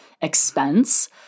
expense